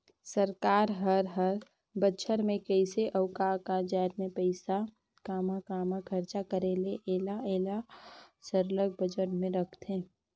सरकार हर हर बछर में कइसे अउ का का जाएत में पइसा काम्हां काम्हां खरचा करे ले अहे एला सरलग बजट में रखथे